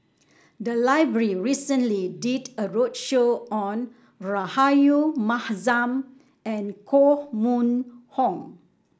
the library recently did a roadshow on Rahayu Mahzam and Koh Mun Hong